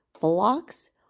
blocks